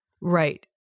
Right